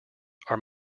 are